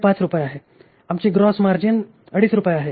5 रुपये आहे आमची ग्रोस मार्जिन अडीच रुपये आहे